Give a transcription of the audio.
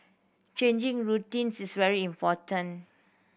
changing routines is very important